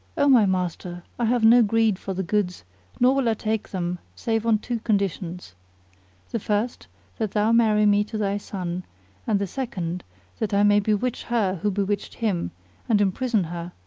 o my master, i have no greed for the goods nor will i take them save on two conditions the first that thou marry me to thy son and the second that i may bewitch her who bewitched him and imprison her,